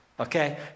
Okay